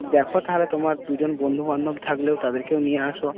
দেখো তাহলে তোমার দুজন বন্ধুবান্ধব থাকলেও তাদেরকেও নিয়ে এস